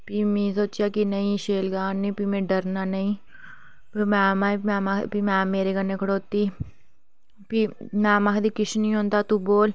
में सोचेआ कि नेईं में शैल गारनी ते फिर में डरना नेईं फिर मैम आए मैम आखदे मैम मेरे कन्नै खड़ोती फ्ही मैम आखदी किश नेईं होंदा तूं बोल